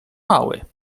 mały